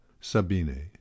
Sabine